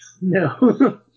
no